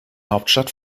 hauptstadt